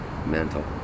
Mental